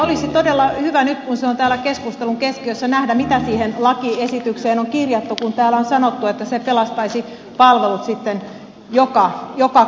olisi todella hyvä nyt kun se on täällä keskustelun keskiössä nähdä mitä siihen lakiesitykseen on kirjattu kun täällä on sanottu että se pelastaisi palvelut sitten joka kunnassa